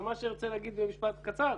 מה שאני רוצה להגיד במשפט קצר: